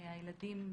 הילדים,